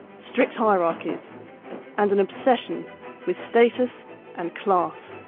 strict hierarchies and an obsession with status and class.